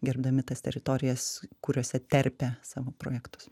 gerbdami tas teritorijas kuriose terpia savo projektus